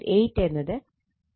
8 എന്നത് 98